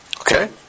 Okay